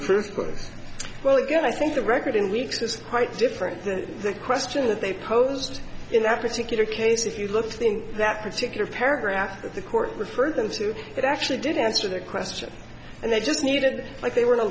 the first place well again i think the record in weeks is quite different than the question that they posed in that particular case if you look think that particular paragraph that the court referred to it actually didn't say that question and they just needed like they were in a